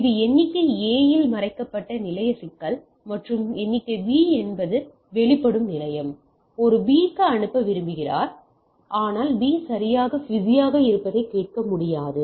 இது எண்ணிக்கை A இல் மறைக்கப்பட்ட நிலைய சிக்கல் மற்றும் எண்ணிக்கை B என்பது வெளிப்படும் நிலையம் ஒரு B க்கு அனுப்ப விரும்புகிறார் ஆனால் B சரியாக பிஸியாக இருப்பதை கேட்க முடியாது